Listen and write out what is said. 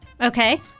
Okay